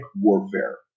warfare